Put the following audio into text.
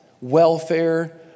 Welfare